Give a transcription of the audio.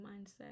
mindset